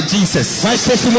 Jesus